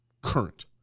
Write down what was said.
current